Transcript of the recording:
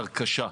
ההרכשה.